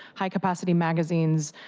high-capacity magazines,